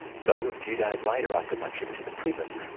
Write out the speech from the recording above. so a few days later after my trip to the prison,